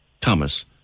Thomas